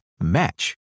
match